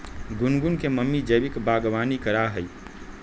गुनगुन के मम्मी जैविक बागवानी करा हई